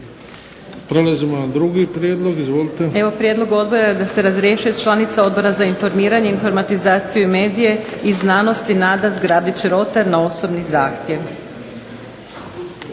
**Majdenić, Nevenka (HDZ)** Evo prijedlog odbora je da se razrješuje članica Odbora za informiranje, informatizaciju i medije i znanosti Nada Zgrabić Rotar na osobni zahtjev.